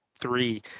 three